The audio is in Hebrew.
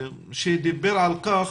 דיבר על כך